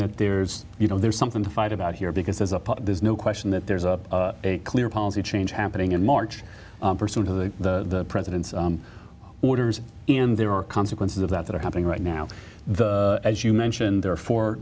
that there's you know there's something to fight about here because there's a part there's no question that there's a clear policy change happening in march pursuant to the president's orders in there are consequences of that that are happening right now the as you mentioned there